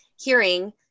hearing